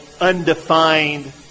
undefined